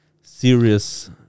serious